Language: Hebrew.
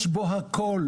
יש בו הכול.